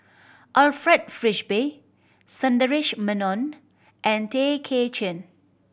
Alfred Frisby Sundaresh Menon and Tay Kay Chin